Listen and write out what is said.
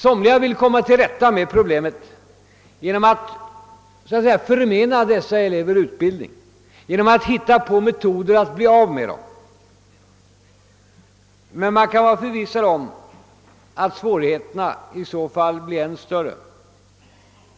Somliga vill komma till rätta med problemet genom att så att säga förmena dessa elever utbildning, genom att hitta på metoder att bli av med dem. Men man kan vara förvissad om att svårigheterna i så fall blir än större.